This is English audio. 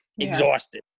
exhausted